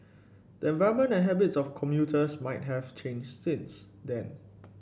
the environment and habits of commuters might have changed since then